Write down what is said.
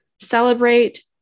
Celebrate